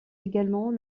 également